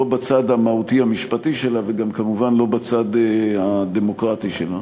לא בצד המהותי המשפטי שלה וגם כמובן לא בצד הדמוקרטי שלה.